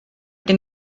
gen